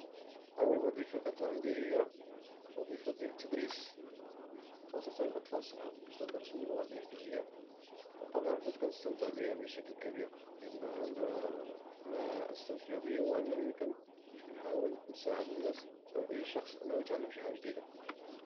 أول وظيفة كانت عندي هي وظيفة ديال التدريس خاصة ديال الأطفال الصغار، كنت كندرسم اللغة الإنجليزية وطبعا كنت كنستمتع بها بشكل كبير لأن ما أستمتع به هو كنحاول نساعد الناس أو أي شخص يتعلمو شي حاجة جديدة.